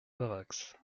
varax